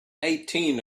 eighteen